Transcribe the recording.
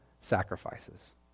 sacrifices